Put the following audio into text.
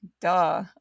Duh